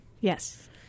Yes